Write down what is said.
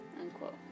unquote